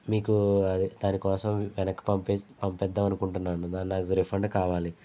మీకు దానికోసం వెనక్కి పంపి పంపిద్దాం అనుకుంటున్నాను నాకు రీఫండ్ కావాలి